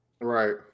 Right